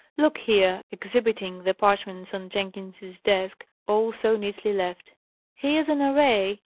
look here! exhibiting the parchments on jenkins's desk, all so neatly left here's an array!